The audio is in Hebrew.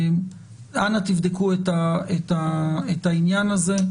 אנא, בדקו את העניין הזה.